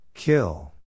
Kill